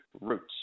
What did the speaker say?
Roots